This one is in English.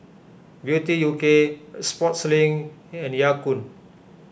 Beauty U K Sportslink and Ya Kun